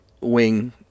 wing